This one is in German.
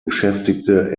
beschäftigte